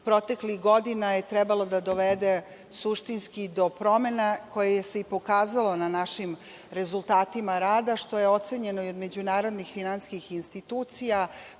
proteklih godina je trebalo da dovede suštinski do promena koje su se pokazale na našim rezultatima rada, što je ocenjeno od međunarodnih finansijskih institucija